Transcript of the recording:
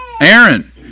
Aaron